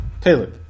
Taylor